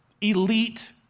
elite